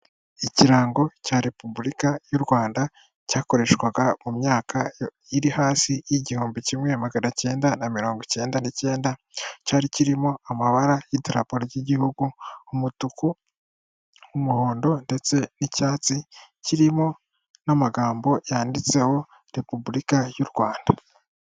Ikirango cya repubulika y'u Rwanda cyakoreshwaga mu myaka iri hasi y'igihumbi kimwe magana icyenda na mirongo icyenda n'icyenda, cyari kirimo amabara y'idarapo ry'igihugu, umutuku, umuhondo ndetse n'icyatsi, kirimo n'amagambo yanditseho repubulika y'u Rwanda.